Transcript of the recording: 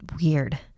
weird